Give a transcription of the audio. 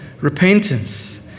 repentance